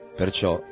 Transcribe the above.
perciò